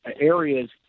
areas